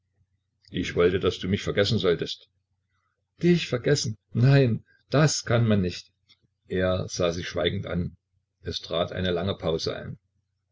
ich wollte daß du mich vergessen solltest dich vergessen nein das kann man nicht er sah sie schweigend an es trat eine lange pause ein